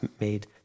made